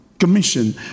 Commission